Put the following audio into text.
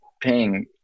paying